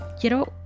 quiero